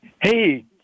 Hey